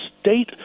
state